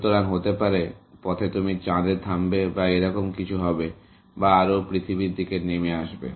সুতরাং হতে পারে পথে তুমি চাঁদে থামবে বা এরকম কিছু হবে বা আরও পৃথিবীর দিকে নেমে আসবে